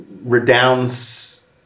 redounds